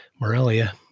Morelia